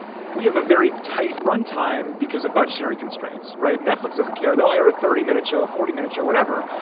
we have a very tight run time because of budgetary constraints. right. netflix doesn't care. they'll air a thirty minute show, forty minutes or whatever.